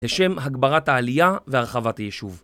בשם הגברת העלייה והרחבת היישוב.